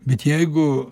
bet jeigu